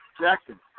Jackson